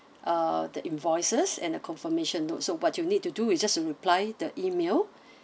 uh the invoices and a confirmation note so what you need to do is just reply the email